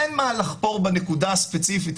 אין מה לחפור בנקודה הספציפית.